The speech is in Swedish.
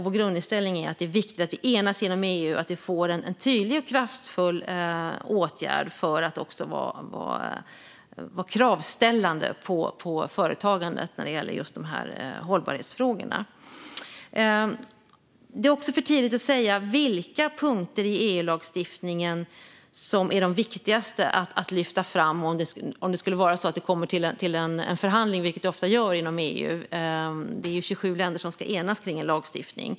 Vår grundinställning är att det är viktigt att vi enas inom EU och att vi får en tydlig och kraftfull åtgärd för att vara kravställande på företagandet när det gäller hållbarhetsfrågorna. Det är för tidigt att säga vilka punkter i EU-lagstiftningen som är de viktigaste att lyfta fram om det skulle vara så att det kommer till en förhandling, vilket det ofta gör inom EU - det är ju 27 länder som ska enas kring en lagstiftning.